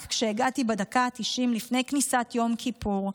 רק כשהגעתי בדקה ה-90, לפני כניסת יום כיפור,